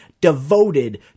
devoted